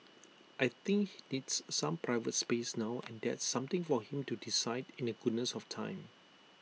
I think he needs some private space now and that's something for him to decide in the goodness of time